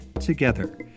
together